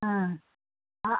ಹಾಂ ಹಾಂ